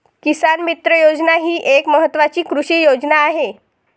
किसान मित्र योजना ही एक महत्वाची कृषी योजना आहे